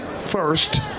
first